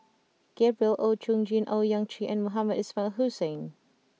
Gabriel Oon Chong Jin Owyang Chi and Mohamed Ismail Hussain